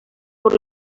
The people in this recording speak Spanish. por